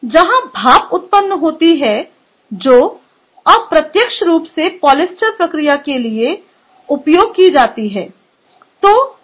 जहां भाप उत्पन्न होती है जो अप्रत्यक्ष रूप से पॉलिएस्टर प्रक्रिया के लिए उपयोग की जाती है